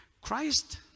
Christ